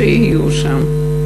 שיהיו שם.